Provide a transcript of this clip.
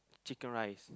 chicken rice